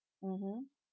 mmhmm